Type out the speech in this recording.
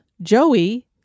Joey